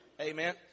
Amen